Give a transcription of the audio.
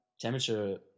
temperature